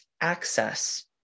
access